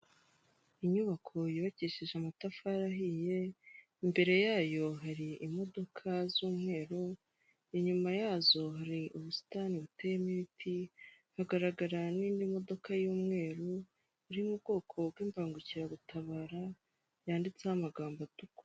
Inyubako yubakisheje amatafari ahiye, imbere yayo hari imodoka z'umweru, inyuma yazo hari ubusitani buteyemo ibiti, hagaragara n'indi modoka y'umweru iri mu bwoko bw'imbangukiragutabara, yanditseho amagambo atukura.